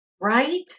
right